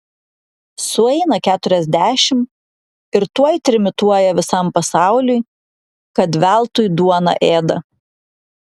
sueina keturiasdešimt ir tuoj trimituoja visam pasauliui kad veltui duoną ėda